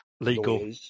legal